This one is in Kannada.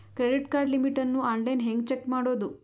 ಕ್ರೆಡಿಟ್ ಕಾರ್ಡ್ ಲಿಮಿಟ್ ಅನ್ನು ಆನ್ಲೈನ್ ಹೆಂಗ್ ಚೆಕ್ ಮಾಡೋದು?